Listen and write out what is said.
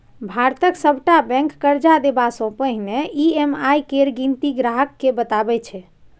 भारतक सभटा बैंक कर्ज देबासँ पहिने ई.एम.आई केर गिनती ग्राहकेँ बताबैत छै